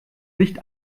licht